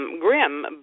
grim